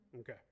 Okay